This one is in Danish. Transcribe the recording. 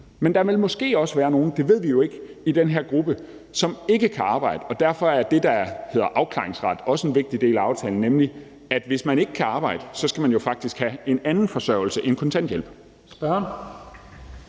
Men der vil måske også være nogen i den her gruppe – det ved vi jo ikke – som ikke kan arbejde, og derfor er det, der hedder afklaringsret, også en vigtig del af aftalen, nemlig at hvis man ikke kan arbejde, skal man faktisk have en anden forsørgelse end kontanthjælp.